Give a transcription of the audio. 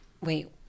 wait